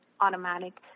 automatic